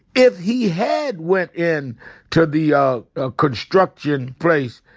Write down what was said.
if he had went in to the ah ah construction place,